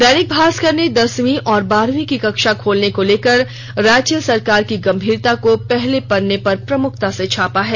दैनिक भास्कर ने दसवीं और बारहवीं की कक्षा खोलने को लेकर राज्य सरकार की गंभीरता को पहले पन्ने पर प्रमुखता से छापा है